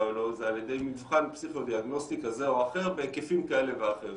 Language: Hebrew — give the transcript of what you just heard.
או לא זה על ידי מבחן פסיכו-דיאגנוסטי כזה או אחר בהיקפים כאלה ואחרים,